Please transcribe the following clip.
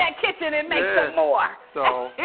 and kitchen and makes them more so.